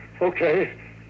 Okay